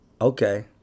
Okay